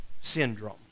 syndrome